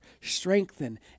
strengthen